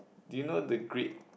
do you know the great